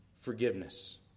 forgiveness